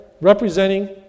representing